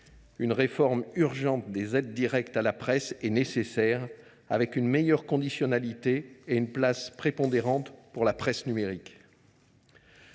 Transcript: Une réforme urgente des aides directes à la presse est nécessaire, avec une meilleure conditionnalité et une place prépondérante à la presse numérique.